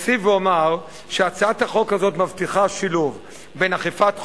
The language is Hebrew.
אוסיף ואומר שהצעת החוק הזאת מבטיחה שילוב בין אכיפת חוק,